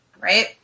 right